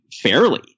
fairly